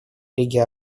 лиги